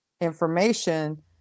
information